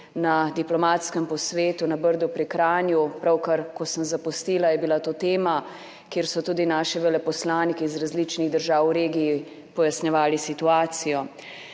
na diplomatskem posvetu na Brdu pri Kranju. Pravkar, ko sem zapustila, je bila to tema, kjer so tudi naši veleposlaniki iz različnih držav v regiji pojasnjevali situacijo.